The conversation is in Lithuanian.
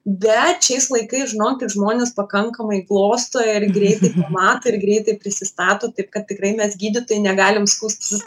bet šiais laikais žinokit žmonės pakankamai glosto ir greitai pamato ir greitai prisistato taip kad tikrai mes gydytojai negalim skųstis